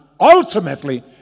ultimately